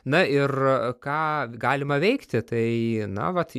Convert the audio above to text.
na ir ką galima veikti tai na vat